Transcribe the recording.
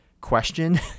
question